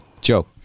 joe